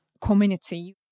community